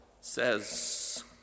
says